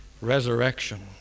Resurrection